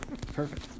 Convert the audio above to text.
Perfect